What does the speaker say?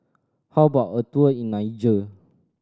how about a tour in Niger